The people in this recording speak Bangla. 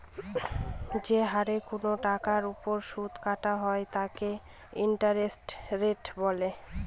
যে হারে কোনো টাকার ওপর সুদ কাটা হয় তাকে ইন্টারেস্ট রেট বলে